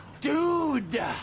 Dude